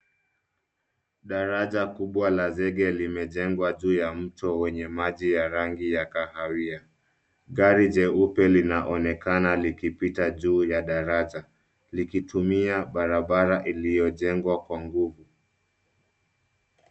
Daraja kubwa la zege limejengwa juu ya mto wenye maji ya rangi ya kahawia. Gari jeupe linaonekana likipita juu ya daraja likitumia barabara iliyojengwa kwa nguvu.